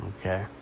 okay